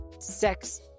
sex